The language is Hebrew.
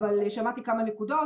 שמעתי כמה נקודות,